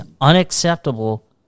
unacceptable